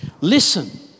Listen